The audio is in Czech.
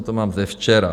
To mám ze včera.